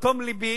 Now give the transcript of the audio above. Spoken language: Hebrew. או ברוב תום לבי,